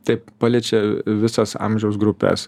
taip paliečia visas amžiaus grupes